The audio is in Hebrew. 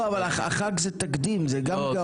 לא, אבל החג זה תקדים, זה גם גרוע.